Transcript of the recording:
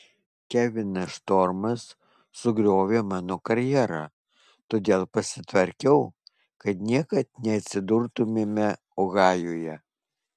kevinas štormas sugriovė mano karjerą todėl pasitvarkiau kad niekad neatsidurtumėme ohajuje